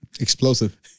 Explosive